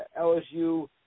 LSU